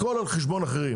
הכל על חשבון אחרים.